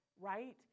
right